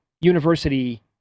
university